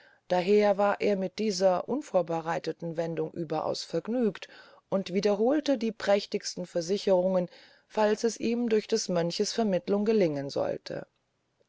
daher war er mit dieser unvorbereiteten wendung überaus vergnügt und wiederholte die prächtigsten versicherungen falls es ihm durch des mönchs vermittelung gelingen sollte